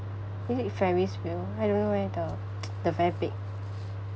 is it ferris wheel I don't know leh the the very big